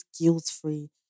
guilt-free